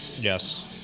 Yes